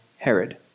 Herod